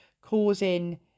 causing